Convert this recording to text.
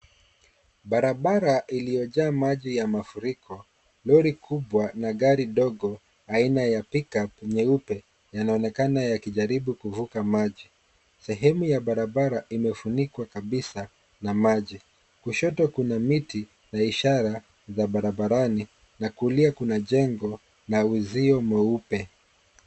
Barabara iliyojaa maji ya mafuriko, lori kubwa na gari ndogo aina ya pickup nyeupe yanaonekana yakijaribu kuvuka maji. Sehemu ya barabara imefunikwa kabisa na maji, kushoto kuna miti na ishara za barabarani na kulia kuna jengo na uzio mweupe.